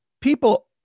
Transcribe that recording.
people